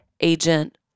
agent